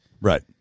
Right